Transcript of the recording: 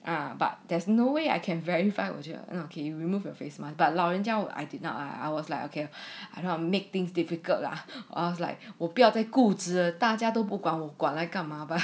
but there's no way I can verify 过去 okay remove your face mah but 老人家我 I did not I I was like okay I don't wanna make things difficult lah ask like 我不要再固执大家都不管我管来干嘛吧